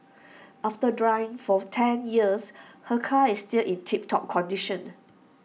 after driving for ten years her car is still in tip top condition